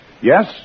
Yes